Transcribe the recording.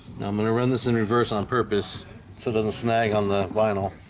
now i'm gonna run this in reverse on purpose so doesn't snag on the vinyl